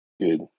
good